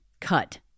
Cut